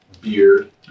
beard